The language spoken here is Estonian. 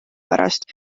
pärast